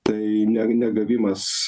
tai ne negavimas